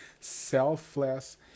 selfless